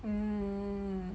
mm